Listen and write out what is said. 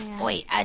Wait